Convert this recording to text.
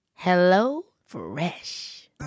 HelloFresh